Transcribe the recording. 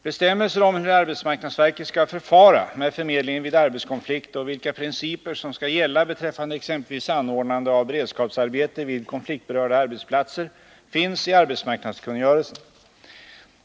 Bestämmelser om hur arbetsmarknadsverket skall förfara med förmedlingen vid arbetskonflikt och vilka principer som skall gälla beträffande exempelvis anordnande av beredskapsarbete vid konfliktberörda arbetsplatser finns i arbetsmarknadskungörelsen.